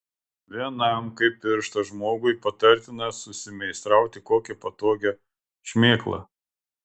vienam kaip pirštas žmogui patartina susimeistrauti kokią patogią šmėklą